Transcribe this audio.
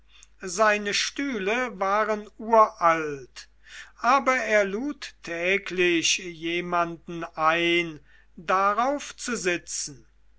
seine stühle waren uralt aber er lud täglich jemanden ein darauf zu sitzen